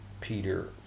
Peter